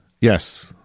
Yes